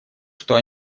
что